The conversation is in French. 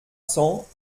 cents